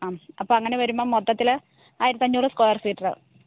ആം അപ്പം അങ്ങനെ വരുമ്പം മൊത്തത്തിൽ ആയിരത്തി അഞ്ഞൂറ് സ്കൊയര് ഫീറ്ററ്